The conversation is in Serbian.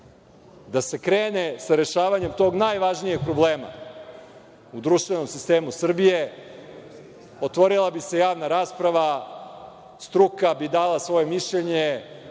da se krene sa rešavanjem tog najvažnijeg problema u društvenom sistemu Srbije, otvorila bi se javna rasprava, struka bi dala svoje mišljenje,